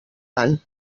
van